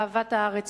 אהבת הארץ,